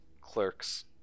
Clerks